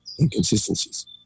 inconsistencies